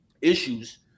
issues